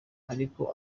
ariko